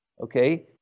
okay